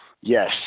Yes